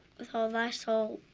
with all thy soul,